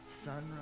Sunrise